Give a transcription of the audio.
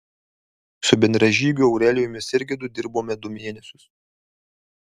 su bendražygiu aurelijumi sirgedu dirbome du mėnesius